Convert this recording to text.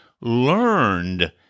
learned